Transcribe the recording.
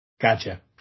Gotcha